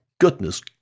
Goodness